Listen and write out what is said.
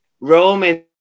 Roman